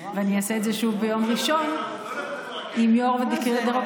ואני אעשה את זה שוב ביום ראשון עם יו"ר הדירקטוריון.